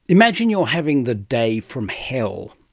imagine you're having the day from hell.